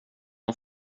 att